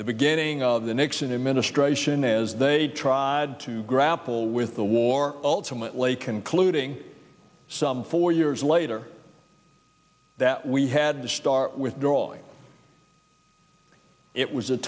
the beginning of the nixon administration as they tried to grapple with the war ultimately concluding some four years later that we had to start withdrawing it was a